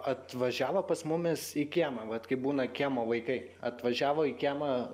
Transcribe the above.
atvažiavo pas mumis į kiemą vat kai būna kiemo vaikai atvažiavo į kiemą